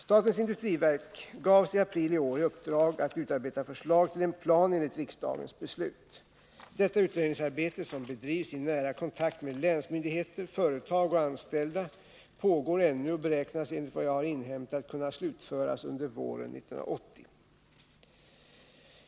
Statens industriverk gavs i april i år i uppdrag att utarbeta förslag till en plan enligt riksdagens beslut. Detta utredningsarbete, som bedrivs i nära kontakt med länsmyndigheter, företag och anställda, pågår ännu och beräknas enligt vad jag har inhämtat kunna slutföras under våren 1980.